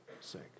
sake